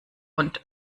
und